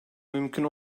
mümkün